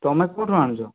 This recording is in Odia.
ତମେ କେଉଁଠୁ ଆଣୁଛ